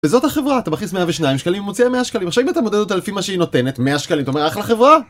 וזאת החברה, אתה מכניס 102 שקלים ומוציא 100 שקלים, עכשיו אם אתה מודד אותה לפי מה שהיא נותנת, 100 שקלים, אתה אומר, אחלה חברה.